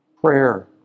prayer